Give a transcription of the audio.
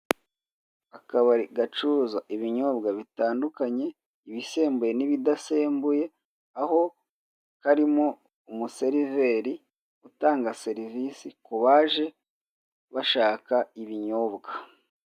Akabari gacuruza ibinyobwa bitandukanye, ibisembuye n'ibidasembuye, aho haririmo umuseriveri utanga serivisi ku baje bashaka ibinyobwa.